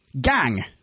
Gang